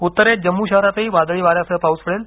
उत्तरेत जम्मू शहरातही वादळी वाऱ्यासह पाऊस पडेल